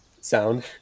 sound